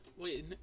Wait